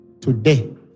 today